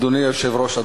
אדוני היושב-ראש,